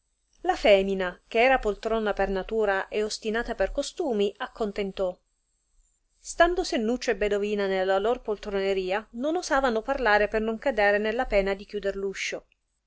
la femina che era poltrona per natura e ostinata per costumi accontentò stando sennuccio e bedovina nella lor poltroneria non osavano parlare per non cadere nella pena di chiuder l uscio